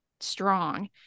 strong